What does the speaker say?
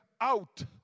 out